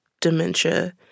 dementia